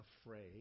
afraid